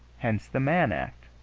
hence the mann act.